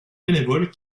bénévoles